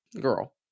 girl